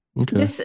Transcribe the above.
Okay